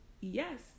yes